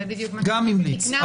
גם המליץ.